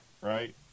right